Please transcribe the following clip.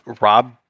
Rob